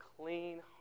clean